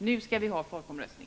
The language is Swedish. Nu skall vi ha en folkomröstning!